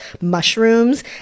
mushrooms